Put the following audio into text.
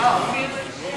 היום אני לא נואמת,